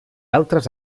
altres